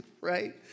Right